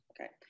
Okay